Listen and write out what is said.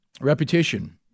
Repetition